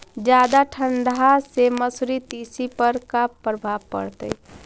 जादा ठंडा से मसुरी, तिसी पर का परभाव पड़तै?